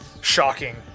Shocking